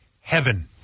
heaven